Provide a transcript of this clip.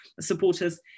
supporters